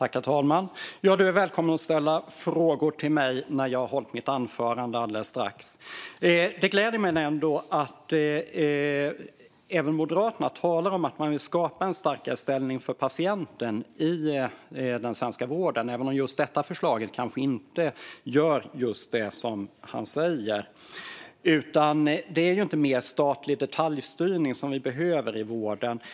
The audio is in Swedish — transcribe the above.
Herr talman! Ledamoten Hultberg får gärna ställa frågor till mig när jag har hållit mitt anförande alldeles strax. Det gläder mig att även Moderaterna talar om att man vill skapa en starkare ställning för patienten i den svenska vården, även om kanske inte detta förslag gör just det som ledamoten säger. Det är ju inte mer statlig detaljstyrning vi behöver i vården.